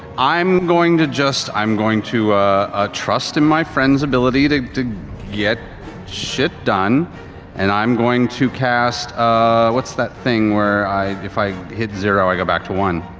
i'm going to just, i'm going to trust in my friends' ability to to get shit done and i'm going to cast what's that thing where if i hit zero i go back to one?